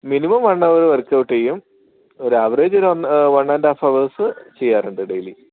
minimum one hour workout ചെയ്യും ഒരു average ഒരു ഒന്ന് വൺ ആൻഡ് ഹാഫ് ഹവേഴ്സ് ചെയ്യാറുണ്ട് ഡെയിലി